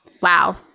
Wow